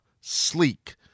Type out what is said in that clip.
sleek